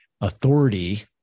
Authority